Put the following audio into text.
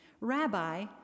Rabbi